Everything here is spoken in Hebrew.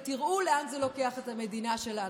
ותראו לאן זה לוקח את המדינה שלנו.